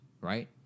right